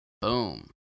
Boom